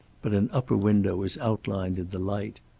but an upper window was outlined in the light.